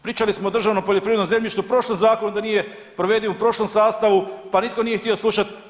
Pričali smo o državnom poljoprivrednom zemljištu u prošlom zakonu da nije provediv, u prošlom sastavu pa nitko nije htio slušat.